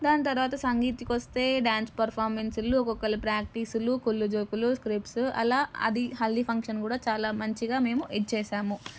దాని తరువాత సంగీత్కి వస్తే డ్యాన్స్ పెర్ఫార్మన్స్లు ఒక్కొక్కరి ప్రాక్టీసులు కుళ్ళు జోకులు స్క్రిప్ట్స్ అలా అది హల్దీ ఫంక్షన్ కూడా చాలా మంచిగా మేము ఇది చేసాము